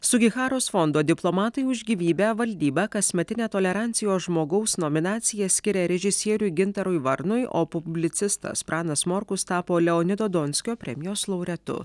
sugiharos fondo diplomatai už gyvybę valdyba kasmetinė tolerancijos žmogaus nominacija skiria režisieriui gintarui varnui o publicistas pranas morkus tapo leonido donskio premijos laureatu